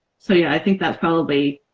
so yeah i think that's probably